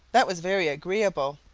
that was very agreeable,